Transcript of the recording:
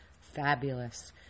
fabulous